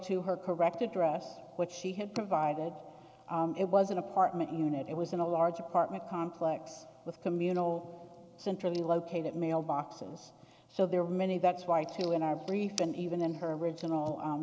to her correct address which she had provided it was an apartment unit it was in a large apartment complex with communal centrally located at mailboxes so there are many that's why too in our brief and even in her original